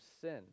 sin